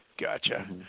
Gotcha